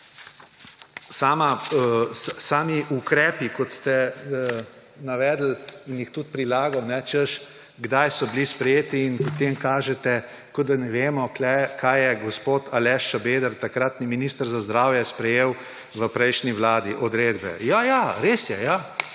Sami ukrepi, kot ste navedli in jih tudi prilagali, češ, kdaj so bili sprejeti, in potem kažete odredbe, kot da ne vemo, kaj je gospod Aleš Šabeder, takratni minister za zdravje, sprejel v prejšnji vladi. Ja, ja, res je. Na